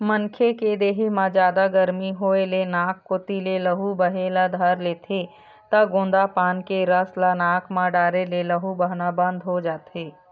मनखे के देहे म जादा गरमी होए ले नाक कोती ले लहू बहे ल धर लेथे त गोंदा पाना के रस ल नाक म डारे ले लहू बहना बंद हो जाथे